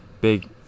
big